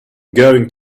going